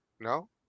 no